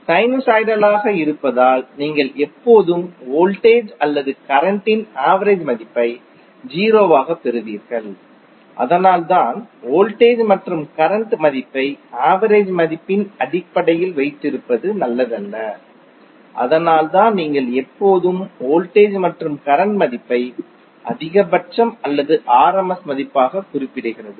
சைனுசாய்டலாக இருப்பதால் நீங்கள் எப்போதும் வோல்டேஜ் அல்லது கரண்ட்டின் ஆவரேஜ் மதிப்பை 0 ஆக பெறுவீர்கள் அதனால்தான் வோல்டேஜ் மற்றும் கரண்ட் மதிப்பை ஆவரேஜ் மதிப்பின் அடிப்படையில் வைத்திருப்பது நல்லதல்ல அதனால்தான் நீங்கள் எப்போதும் வோல்டேஜ் மற்றும் கரண்ட் மதிப்பைக் அதிகபட்சம் அல்லது rms மதிப்பாக குறிப்பிடப்படுகிறது